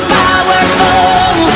powerful